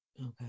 Okay